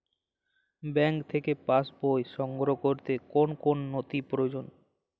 Bank থেকে pass বই সংগ্রহ করতে কোন কোন নথি প্রয়োজন?